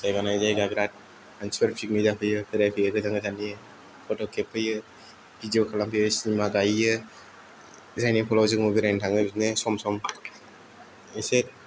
जायगा नायै जायगा बेराद मानसिफोर पिकनिक जाफैयो बेरायफैयो गोजान गोजाननि फतक खेबफैयो भिडिय' खालामफैयो सिनेमा गाहैयो जायनिफलाव जोंबो बेरायनो थाङो बिदिनो सम सम एसे